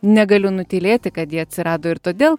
negaliu nutylėti kad ji atsirado ir todėl